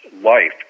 life